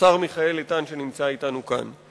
לשר מיכאל איתן, שנמצא אתנו כאן.